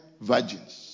virgins